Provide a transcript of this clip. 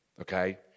Okay